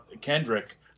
Kendrick